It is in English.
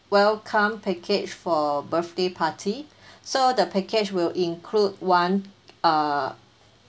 welcome package for birthday party so the package will include one uh